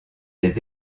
des